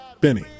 Benny